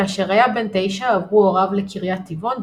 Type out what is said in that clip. כאשר היה בן תשע עברו הוריו לקריית טבעון,